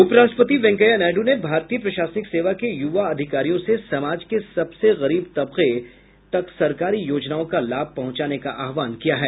उपराष्ट्रपति वेकैंया नायडू ने भारतीय प्रशासनिक सेवा के युवा अधिकारियों से समाज के सबसे गरीब तबके तक सरकारी योजनाओं का लाभ पहुंचाने का आह्वान किया है